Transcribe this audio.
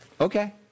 Okay